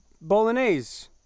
bolognese